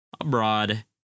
abroad